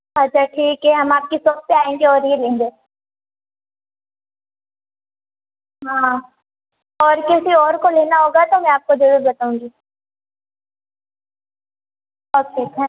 अच्छा ठीक है हम आप की शॉप पर आएंगे और ये लेंगे हाँ और किसी को लेना होगा तो मैं आप को ज़रूर बताऊँगी ओके धन